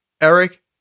eric